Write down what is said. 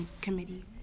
committee